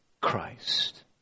Christ